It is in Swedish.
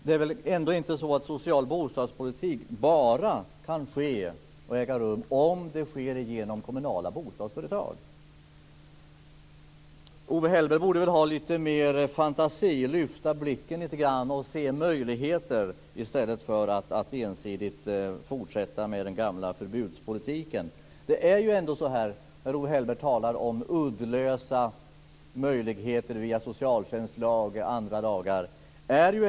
Det är ändå inte så att social bostadspolitik bara kan ske och äga rum om det sker genom kommunala bostadsföretag. Owe Hellberg borde ha lite mer fantasi, lyfta blicken lite och se möjligheter i stället för att ensidigt fortsätta med den gamla förbudspolitiken. Owe Hellberg talar om uddlösa möjligheter via socialtjänstlag och andra lagar.